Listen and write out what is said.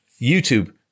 YouTube